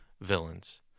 villains